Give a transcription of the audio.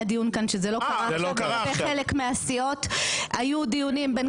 זה כי כחלק מהתרגיל הדי נבזי של הקואליציה דאז הם דחפו